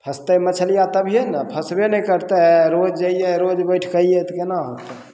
फसतय मछलिया तभीये ने फसबे नहि करतय रोज जाइयै रोज बैठके अइयै तऽ केना होतय